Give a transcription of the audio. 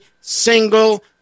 single